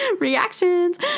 Reactions